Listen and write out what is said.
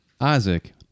Isaac